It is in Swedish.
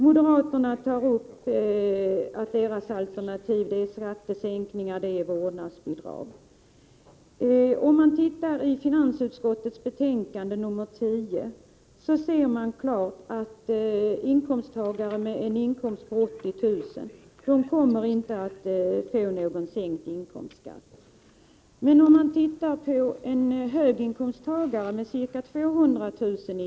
Moderaterna säger att deras alternativ är skattesänkningar och vårdnadsbidrag. Av finansutskottets betänkande 10 framgår klart att inkomsttagare med en inkomst på 80 000 kr. inte kommer att få någon sänkt inkomstskatt. Men för en inkomsttagare med ca 200 000 kr.